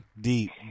Deep